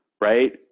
right